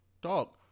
Dog